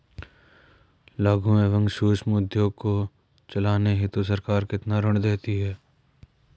लघु एवं सूक्ष्म उद्योग को चलाने हेतु सरकार कितना ऋण देती है?